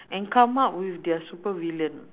and come up with their super villain